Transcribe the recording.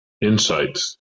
Insights